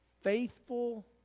Faithful